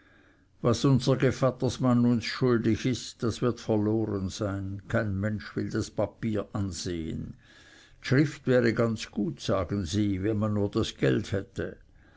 was unser gevattersmann uns schuldig ist das wird verloren sein kein mensch will das papier ansehen dschrift wäre ganz gut sagen sie wenn man nur das geld hätte